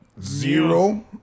zero